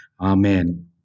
Amen